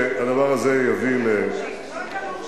הדבר הזה יביא לדברים,